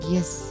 Yes